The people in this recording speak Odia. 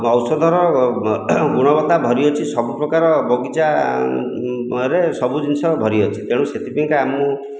ଔଷଧର ଗୁଣବତ୍ତା ଭରି ଅଛି ସବୁ ପ୍ରକାର ବଗିଚାରେ ସବୁ ଜିନିଷ ଭରି ଅଛି ତେଣୁ ସେଥିପାଇଁକା ଆମୁ